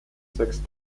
sechs